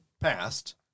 past